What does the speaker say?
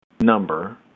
number